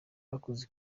bakoze